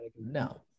no